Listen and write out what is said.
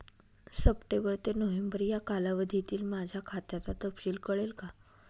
September ते November या कालावधीतील माझ्या खात्याचा तपशील कळेल का?